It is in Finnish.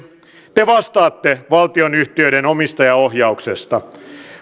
te vastaatte valtionyhtiöiden omistajaohjauksesta